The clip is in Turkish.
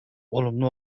olumlu